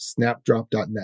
snapdrop.net